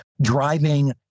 driving